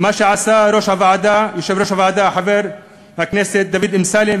מה שעשה יושב-ראש הוועדה חבר הכנסת דוד אמסלם,